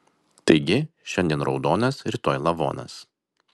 taigi šiandien raudonas rytoj lavonas